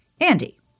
Andy